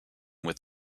with